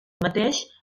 mateix